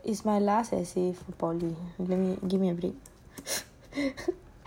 is my last for poly give me a break